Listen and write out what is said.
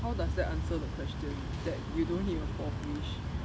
how does that answer the question that you don't need a fourth wish